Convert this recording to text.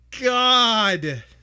God